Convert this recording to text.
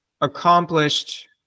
accomplished